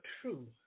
true